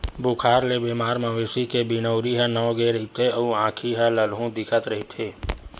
बुखार ले बेमार मवेशी के बिनउरी ह नव गे रहिथे अउ आँखी ह ललहूँ दिखत रहिथे